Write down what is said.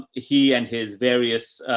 he and his various,